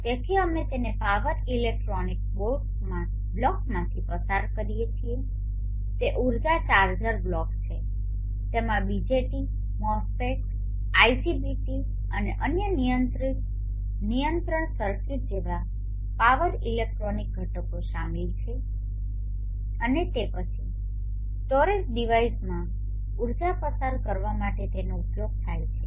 તેથી અમે તેને પાવર ઇલેક્ટ્રોનિક બ્લોકમાંથી પસાર કરીએ છીએ તે ઉર્જા ચાર્જર બ્લોક છે તેમાં બીજેટી મોસ્ફેટ આઇજીબીટી અને અન્ય નિયંત્રણ સર્કિટ જેવા પાવર ઇલેક્ટ્રોનિક ઘટકો શામેલ છે અને તે પછી સ્ટોરેજ ડિવાઇસમાં ઉર્જા પસાર કરવા માટે તેનો ઉપયોગ થાય છે